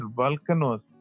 volcanoes